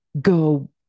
go